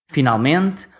Finalmente